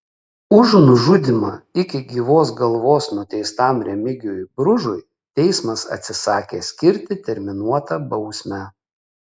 už nužudymą iki gyvos galvos nuteistam remigijui bružui teismas atsisakė skirti terminuotą bausmę